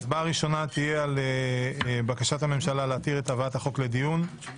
ההצבעה הראשונה תהיה על בקשת הממשלה להתיר את הבאת החוק לדיון.